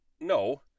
no